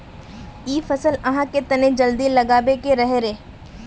इ फसल आहाँ के तने जल्दी लागबे के रहे रे?